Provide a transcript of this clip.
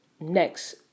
next